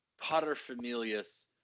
potter-familius